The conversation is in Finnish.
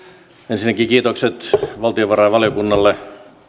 ensinnäkin kiitokset valtiovarainvaliokunnalle